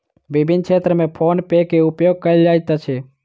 विभिन्न क्षेत्र में फ़ोन पे के उपयोग कयल जाइत अछि